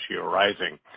arising